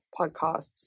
podcasts